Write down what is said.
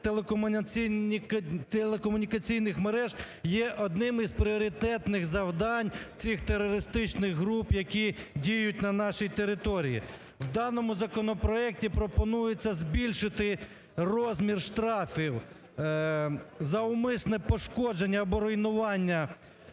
телекомунікаційних мереж є одним із пріоритетних завдань цих терористичних груп, які діють на нашій території. В даному законопроекті пропонується збільшити розмір штрафів за умисне пошкодження або руйнування